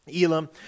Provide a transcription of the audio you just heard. Elam